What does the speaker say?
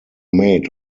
made